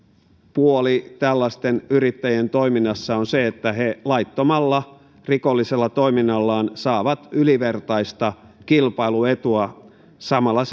puoli tällaisten yrittäjien toiminnassa on se että he laittomalla rikollisella toiminnallaan saavat ylivertaista kilpailuetua samalla